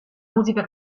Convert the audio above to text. musica